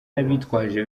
n’abitwaje